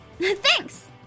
Thanks